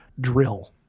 drill